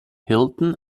hilton